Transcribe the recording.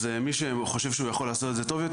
אז מי שחושב שהוא יכול לעשות את זה יותר טוב,